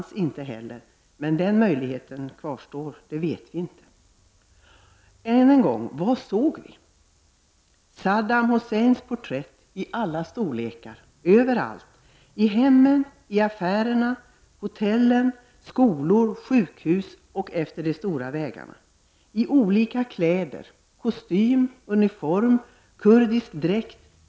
Vad såg vi mera? Saddam Husseins porträtt fanns i alla storlekar överallt — i hemmen, i affärerna, på hotellen, i skolor, på sjukhus och efter de stora vägarna. Han var klädd i olika kläder — kostym, uniform eller kurdisk dräkt.